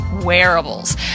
wearables